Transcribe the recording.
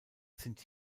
sind